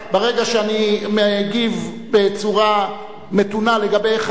ברגע שאני מגיב בצורה מתונה לגבי אחד,